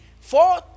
four